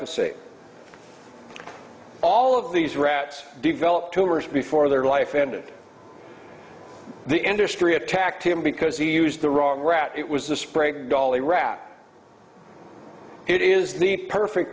from say all of these rats developed tumors before their life ended the endor street attacked him because he used the wrong rat it was the spray dolly rat it is the perfect